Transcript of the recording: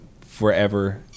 forever